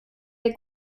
der